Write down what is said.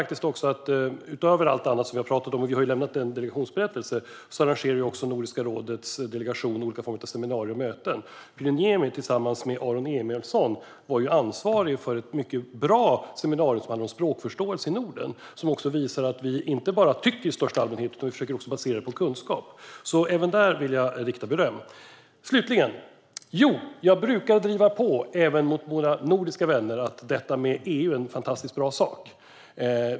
Det andra är att utöver allt annat som vi talat om - vi har ju lämnat en delegationsberättelse - arrangerar Nordiska rådets delegation olika seminarier och möten. Pyry Niemi var tillsammans med Aron Emilsson ansvarig för ett mycket bra seminarium om språkförståelse i Norden som visade att vi inte bara tycker i största allmänhet utan försöker basera det på kunskap. Även där vill jag ge beröm. Slutligen: Ja, jag brukar driva på, även mot våra nordiska vänner, i fråga om att EU är något fantastiskt bra.